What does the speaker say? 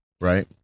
right